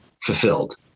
fulfilled